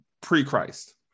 pre-christ